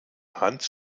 hans